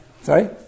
Sorry